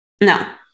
no